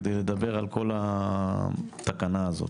כדי לדבר על כל התקנה הזאת.